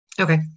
Okay